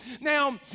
Now